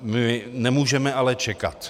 My nemůžeme ale čekat.